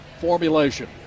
formulation